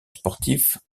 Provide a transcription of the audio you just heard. sportif